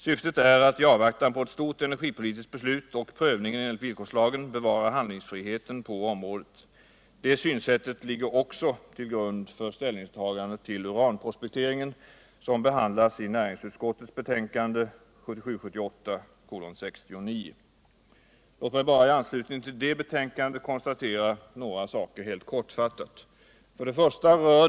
Syftet är att i avvaktan på ett stort energipolitiskt beslut och prövningen enligt villkorslagen bevara handlingsfriheten på området. Det synsättet ligger också till grund för ställningstagandet till uranprospekteringen, som behandlas i näringsutskottets betänkande 1977/78:69. Låt mig bara i anslutning till det betänkandet helt kortfattat konstatera några saker: 1.